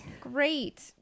great